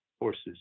horses